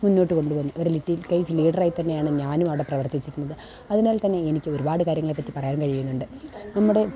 മുന്നോട്ടു കൊണ്ടു പോകുന്നത് ഒരു ലിറ്റിൽ കൈറ്റ്സ് ലീഡറായി തന്നെയാണ് ഞാനും അവിടെ പ്രവർത്തിച്ചിട്ടുള്ളത് അതിനാൽ തന്നെ എനിക്കൊരുപാട് കാര്യങ്ങളെപ്പറ്റി പറയാൻ കഴിയുന്നുണ്ട് നമ്മുടെ